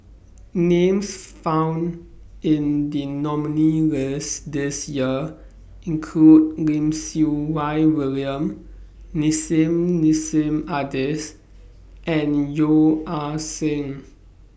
Names found in The nominee list This Year include Lim Siew Wai William Nissim Nassim Adis and Yeo Ah Seng